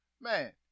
man